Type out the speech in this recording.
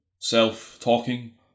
self-talking